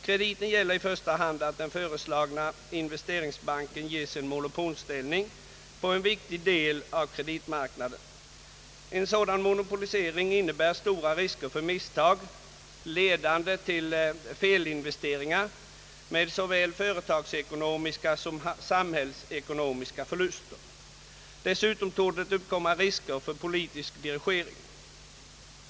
Kritiken gäller i första hand att den föreslagna investeringsbanken får monopolställning på en viktig del av kreditmarknaden. En sådan monopolisering innebär stora risker för misstag ledande till felinvesteringar med såväl företagsekonomiska som samhällsekonomiska förluster till följd. Dessutom torde det uppkomma risker för politisk dirigering.